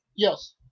Yes